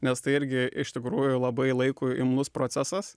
nes tai irgi iš tikrųjų labai laikui imlus procesas